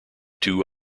two